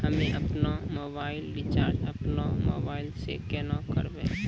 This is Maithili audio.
हम्मे आपनौ मोबाइल रिचाजॅ आपनौ मोबाइल से केना करवै?